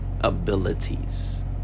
abilities